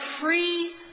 free